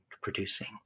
producing